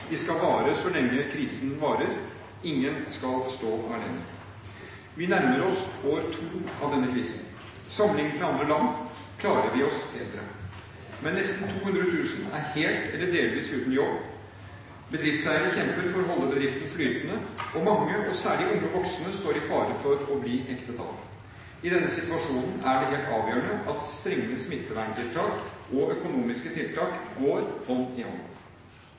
skal vare så lenge krisen varer. Ingen skal stå alene. Vi nærmer oss år to av denne krisen. Sammenlignet med andre land klarer vi oss bedre. Men nesten 200 000 er helt eller delvis uten jobb, bedriftseiere kjemper for å holde bedriften flytende, og mange – særlig unge voksne – står i fare for å bli hektet av. I denne situasjonen er det helt avgjørende at strenge smitteverntiltak og økonomiske tiltak går hånd